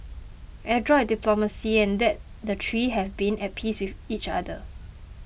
adroit diplomacy and that the three have been at peace with each another